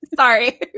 Sorry